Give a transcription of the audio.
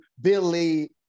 Billy